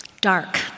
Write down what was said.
dark